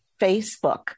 Facebook